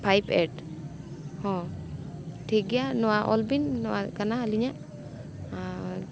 five eight ᱦᱮᱸ ᱴᱷᱤᱠ ᱜᱮᱭᱟ ᱱᱚᱣᱟ ᱚᱞ ᱵᱤᱱ ᱱᱚᱣᱟ ᱠᱟᱱᱟ ᱟᱹᱞᱤᱧᱟᱜ ᱟᱨ